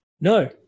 No